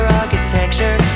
architecture